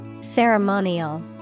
Ceremonial